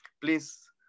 please